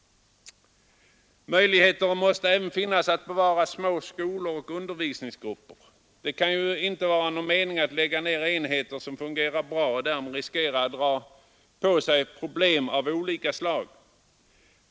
Möjligheter måste även finnas att bevara små skolor och undervisningsgrupper. Det kan inte vara någon mening att lägga ned enheter som fungerar bra och därmed riskera att dra på sig problem av olika slag.